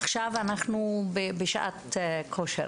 עכשיו אנחנו בשעת כושר,